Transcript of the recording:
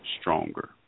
stronger